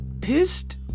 pissed